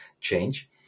change